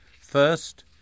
First